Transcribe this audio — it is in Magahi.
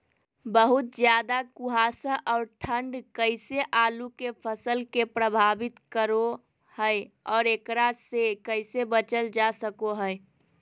बहुत ज्यादा कुहासा और ठंड कैसे आलु के फसल के प्रभावित करो है और एकरा से कैसे बचल जा सको है?